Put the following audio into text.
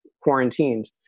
quarantined